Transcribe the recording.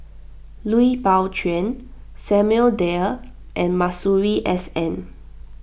Lui Pao Chuen Samuel Dyer and Masuri S N